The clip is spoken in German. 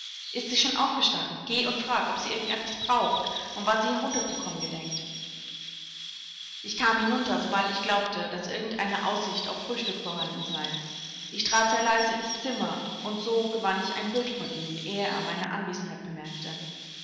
ist sie schon aufgestanden geh und frag ob sie irgend etwas braucht und wann sie herunter zu kommen gedenkt ich kam hinunter sobald ich glaubte daß irgend eine aussicht auf frühstück vorhanden sei ich trat sehr leise ins zimmer und so gewann ich ein bild von ihm ehe er meine anwesenheit bemerkte